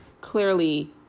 Clearly